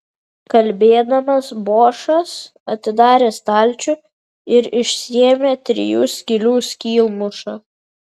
kalbėdamasis bošas atidarė stalčių ir išsiėmė trijų skylių skylmušą